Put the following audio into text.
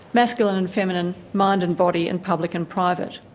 masculine and feminine, mind and body and public and private.